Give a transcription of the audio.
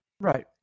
Right